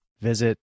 visit